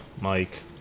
mike